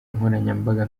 nkoranyambaga